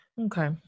Okay